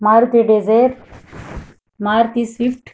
Maruti Dzire Maruti Swift